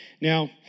Now